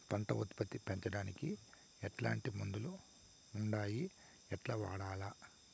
పంట ఉత్పత్తి పెంచడానికి ఎట్లాంటి మందులు ఉండాయి ఎట్లా వాడల్ల?